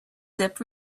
dip